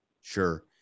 Sure